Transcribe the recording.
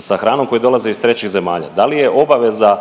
sa hranom koji dolaze iz trećih zemalja, da li je obaveza,